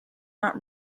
not